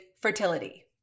fertility